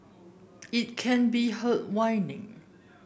it can be heard whining